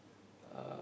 uh